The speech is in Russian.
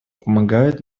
помогают